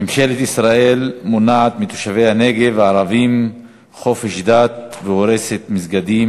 ממשלת ישראל מונעת מתושבי הנגב הערבים חופש דת והורסת מסגדים,